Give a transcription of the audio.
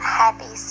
happy